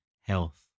health